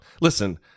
listen